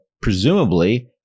presumably